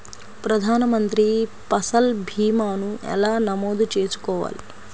ప్రధాన మంత్రి పసల్ భీమాను ఎలా నమోదు చేసుకోవాలి?